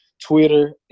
Twitter